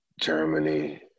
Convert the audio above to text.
Germany